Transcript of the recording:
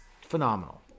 phenomenal